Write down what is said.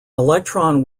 electron